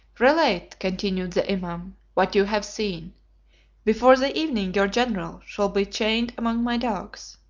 relate, continued the imam what you have seen before the evening your general shall be chained among my dogs.